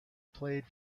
played